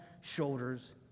shoulders